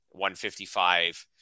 155